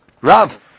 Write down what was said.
Rav